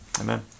Amen